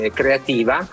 creativa